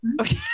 Okay